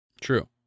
True